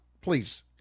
please